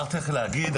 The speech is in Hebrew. רק להגיד,